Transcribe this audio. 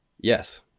Yes